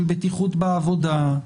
של בטיחות בעבודה,